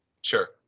Sure